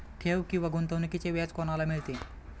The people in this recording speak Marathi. ठेव किंवा गुंतवणूकीचे व्याज कोणाला मिळते?